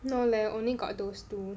no leh only got those two